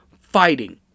fighting